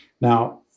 Now